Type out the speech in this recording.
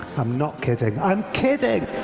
i'm not kidding. i'm kidding.